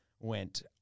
went